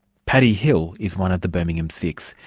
paddy hill is one of the birmingham six.